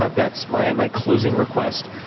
ah that's my my closing request.